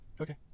okay